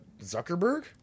Zuckerberg